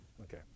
Okay